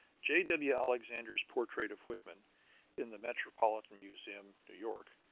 j w. alexander's portrait of whitman in the metropolitan museum, new york,